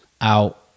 Out